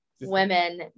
women